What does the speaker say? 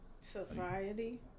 Society